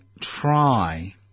try